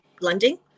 lending